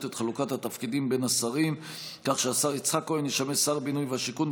את חלוקת התפקידים בין השרים כך שהשר יצחק כהן ישמש שר הבינוי והשיכון,